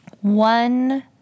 One